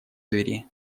двери